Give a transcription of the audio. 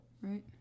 Right